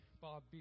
Bob